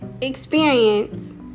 experience